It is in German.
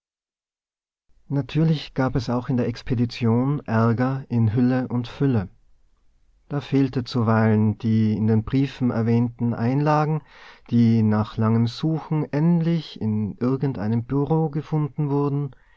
natürlich gab es auch in der expedition ärger in hülle und fülle da fehlten zuweilen die in den briefen erwähnten einlagen die nach langem suchen endlich in irgendeinem bureau gefunden wurden